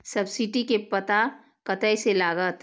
Subsidy के पता कतय से लागत?